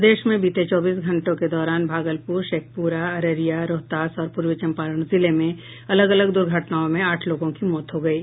प्रदेश में बीते चौबीस घंटों के दौरान भागलपुर शेखपुरा अररिया रोहतास और पूर्वी चंपारण जिले में अलग अलग दुर्घटनाओं में आठ लोगों की मौत हो गयी